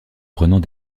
prenant